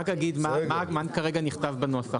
מה שנכתב בנוסח,